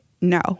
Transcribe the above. no